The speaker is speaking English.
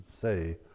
say